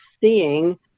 seeing